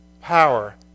power